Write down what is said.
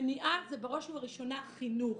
מניעה זה בראש ובראשונה חינוך.